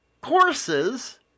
courses